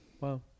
Wow